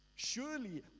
Surely